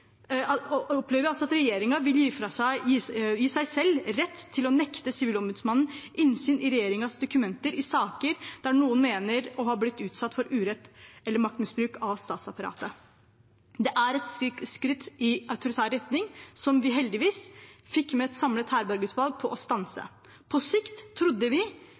at regjeringen vil gi seg selv rett til å nekte Sivilombudsmannen innsyn i regjeringens dokumenter i saker der noen mener å ha blitt utsatt for urett eller maktmisbruk fra statsapparatet. Det er et skritt i autoritær retning, som vi heldigvis fikk med et samlet Harberg-utvalg på å stanse. På sikt trodde vi